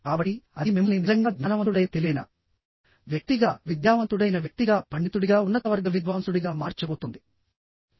కాబట్టి అది మిమ్మల్ని నిజంగా జ్ఞానవంతుడైన తెలివైన వ్యక్తిగా విద్యావంతుడైన వ్యక్తిగా పండితుడిగా ఉన్నతవర్గ విద్వాంసుడిగా మార్చబోతోంది